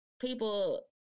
people